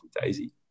Daisy